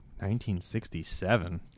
1967